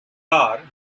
are